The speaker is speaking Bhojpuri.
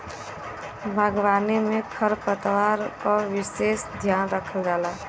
बागवानी में खरपतवार क विसेस ध्यान रखल जाला